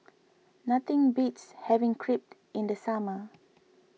nothing beats having Crepe in the summer